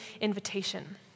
invitation